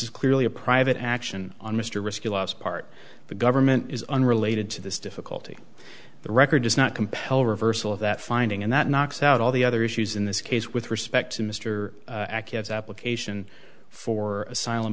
is clearly a private action on mr risky last part of the government is unrelated to this difficulty the record does not compel reversal of that finding and that knocks out all the other issues in this case with respect to mr achatz application for asylum